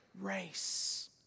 race